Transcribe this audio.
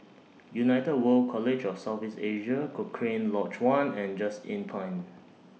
United World College of South East Asia Cochrane Lodge one and Just Inn Pine